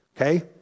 okay